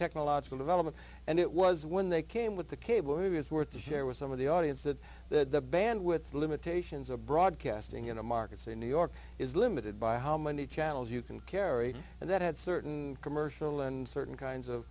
technological development and it was when they came with the cable who is worth to share with some of the audience that the bandwidth limitations of broadcasting in the markets in new york is limited by how many channels you can carry and that had certain commercial and certain kinds of